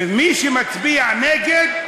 ומי שמצביע נגד,